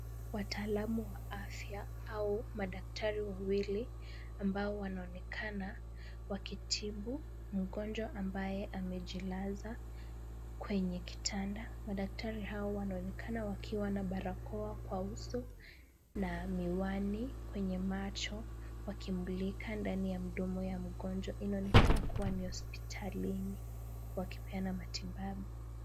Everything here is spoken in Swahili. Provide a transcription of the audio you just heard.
Wataalamu wa afya au madaktari wawili ambao wanaonekana wakitibu mgonjwa ambaye amejilaza kwenye kitanda. Madaktari hao wanaonekana wakiwa na barakoa kwa uso na miwani kwenye macho wakimulika ndani ya mdomo ya mgonjwa. Inaonekana kuwa ni hospitalini wakipeana matibabu.